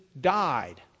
died